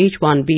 H-1B